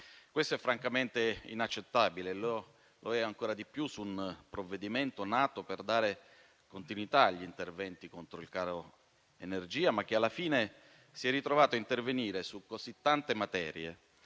Questo è francamente inaccettabile e lo è ancora di più su un provvedimento nato per dare continuità agli interventi contro il caro energia, ma che alla fine si è ritrovato a intervenire su così tante materie